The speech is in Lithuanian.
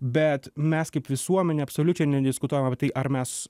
bet mes kaip visuomenė absoliučiai nediskutuojam apie tai ar mes